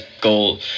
goal